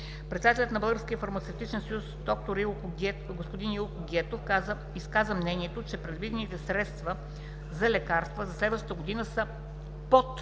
Председателят на Българския фармацевтичен съюз господин Илко Гетов изказа мнението, че предвидените средства за лекарства за следващата година са под